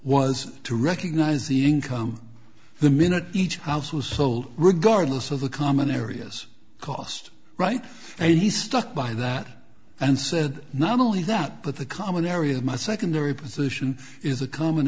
was to recognize the income the minute each house was sold regardless of the common areas cost right and he stuck by that and said not only that but the common areas my secondary position is a common